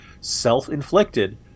self-inflicted